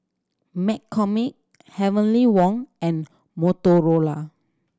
McCormick Heavenly Wang and Motorola